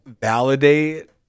validate